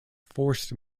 forced